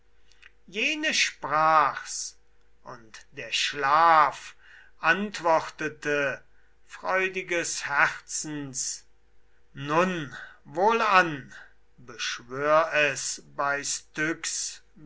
jene sprach's und der schlaf antwortete freudiges herzens nun wohlan beschwör es